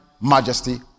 majesty